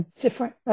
different